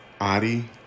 Adi